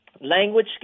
language